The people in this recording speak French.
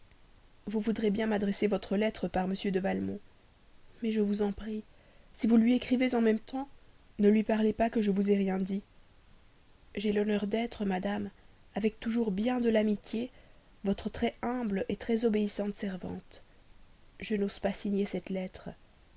vous voudrez bien m'adresser votre lettre par m de valmont mais je vous en prie si vous lui écrivez en même temps ne lui parlez pas que je vous aie rien dit j'ai l'honneur d'être madame avec toujours bien de l'amitié votre très humble très obéissante servante je n'ose pas signer cette lettre